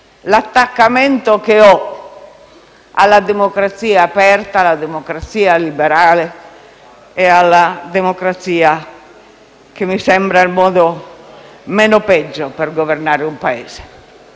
attaccamento ho alla democrazia aperta, alla democrazia liberale; quella democrazia che mi sembra il modo meno peggiore di governare un Paese.